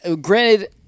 granted